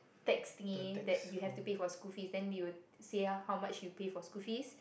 tax thingy that you have to pay for school fee then they will say ah how much you pay for school fee